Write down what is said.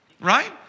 right